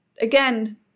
again